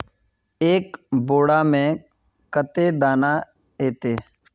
एक बोड़ा में कते दाना ऐते?